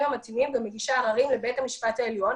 המתאימים גם מגישה עררים לבית המשפט העליון.